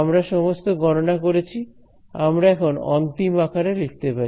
আমরা সমস্ত গণনা করেছি আমরা এখন অন্তিম আকারে লিখতে পারি